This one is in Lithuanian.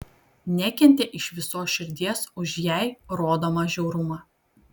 nekentė iš visos širdies už jai rodomą žiaurumą